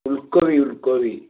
ଉଲକୋବି ଉଲକୋବି